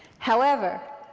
however,